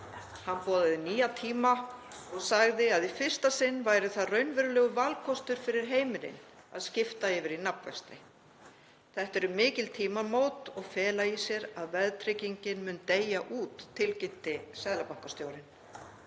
Hann boðaði nýja tíma og sagði að í fyrsta sinn væri það raunverulegur valkostur fyrir heimilin að skipta yfir í nafnvexti. Þetta eru mikil tímamót og fela í sér að verðtryggingin mun deyja út, tilkynnti seðlabankastjóri.